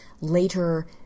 later